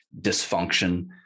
dysfunction